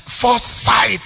foresight